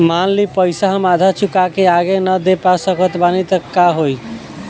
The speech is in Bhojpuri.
मान ली पईसा हम आधा चुका के आगे न दे पा सकत बानी त का होई?